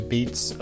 Beats